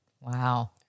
Wow